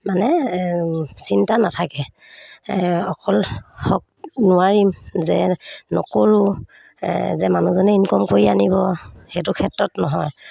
মানে চিন্তা নাথাকে অকল হওক নোৱাৰিম যে নকৰোঁ যে মানুহজনে ইনকম কৰি আনিব সেইটো ক্ষেত্ৰত নহয়